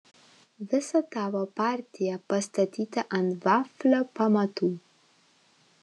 visa tavo partija pastatyta ant vaflio pamatų